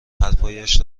حرفهایش